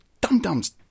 dum-dum's